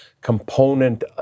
component